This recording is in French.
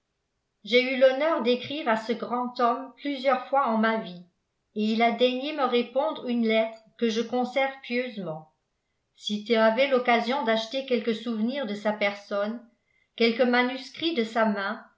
j'ai eu l'honneur d'écrire à ce grand homme plusieurs fois en ma vie et il a daigné me répondre une lettre que je conserve pieusement si tu avais l'occasion d'acheter quelque souvenir de sa personne quelque manuscrit de sa main